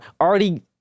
already